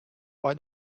why